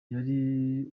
yari